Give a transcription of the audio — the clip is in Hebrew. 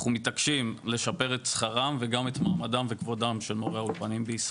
אנחנו מתעקשים לשפר את שכרם וגם את מעמדם של מורי האולפנים בישראל.